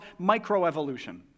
microevolution